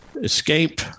escape